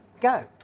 go